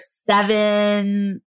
seven